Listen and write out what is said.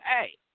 hey